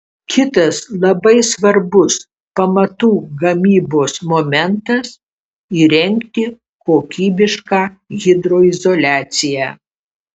kitas labai svarbus pamatų gamybos momentas įrengti kokybišką hidroizoliaciją